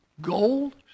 gold